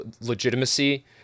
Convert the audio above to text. legitimacy